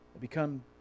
become